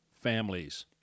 families